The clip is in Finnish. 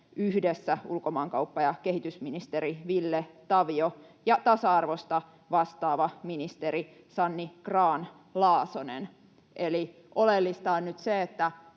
yhdessä ulkomaankauppa- ja kehitysministeri Ville Tavio ja tasa-arvosta vastaava ministeri Sanni Grahn-Laasonen. Eli oleellista on nyt se, miten